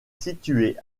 situé